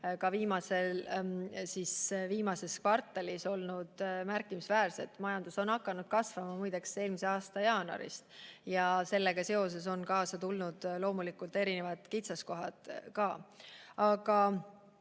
ka viimases kvartalis olnud märkimisväärsed. Majandus on muide hakanud kasvama alates eelmise aasta jaanuarist ja sellega seoses on kaasa tulnud loomulikult ka erinevad kitsaskohad. Aga